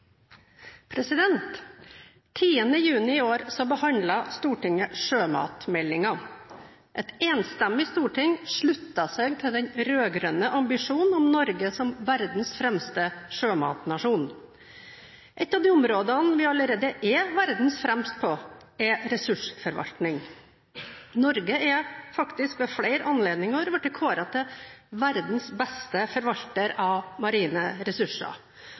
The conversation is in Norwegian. juni i år behandlet Stortinget sjømatmeldingen. Et enstemmig storting sluttet seg til den rød-grønne ambisjonen om Norge som verdens fremste sjømatnasjon. Et av de områdene der vi allerede er fremst i verden, er ressursforvaltning. Norge har faktisk ved flere anledninger blitt kåret til verdens beste forvalter av marine